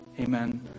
amen